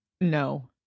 No